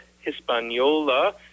Hispaniola